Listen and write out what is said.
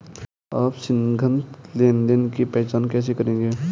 आप संदिग्ध लेनदेन की पहचान कैसे करेंगे?